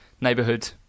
neighborhood